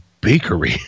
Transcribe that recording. Bakery